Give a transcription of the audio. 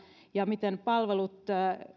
ja sillä miten palvelut